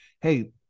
hey